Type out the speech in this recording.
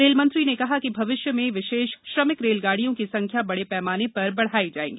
rail मंत्री ने कहा कि भविष्य में विशेष श्रमिक रेलगाडियों की संख्या बड़े पक्माने पर बढ़ायी जाएगी